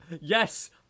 Yes